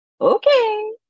Okay